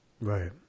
Right